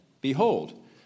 behold